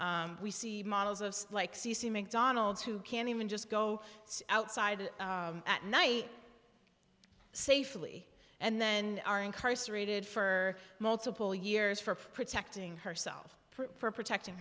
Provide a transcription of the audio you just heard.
we see models of like c c mcdonald's who can even just go outside at night safely and then are incarcerated for multiple years for protecting herself for protecting